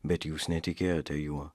bet jūs netikėjote juo